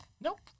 Nope